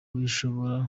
bishobora